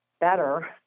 better